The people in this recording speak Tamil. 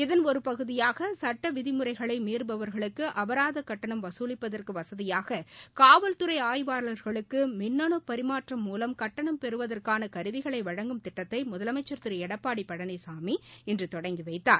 இதன் ஒருபகுதியாக சட்ட விதிமுறைகளை மீறுபவர்களுக்கு அபராத கட்டணம் வசூலிப்பதற்கு வசதியாக காவல்துறை ஆய்வாளர்களுக்கு மின்னணு பரிமாற்றம் மூலம் கட்டணம் பெறுவதற்கான கருவிகளை வழங்கும் திட்டத்தை முதலமைச்சர் திரு எடப்பாடி பழனிசாமி இன்று தொடங்கி வைத்தார்